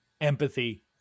empathy